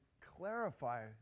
clarify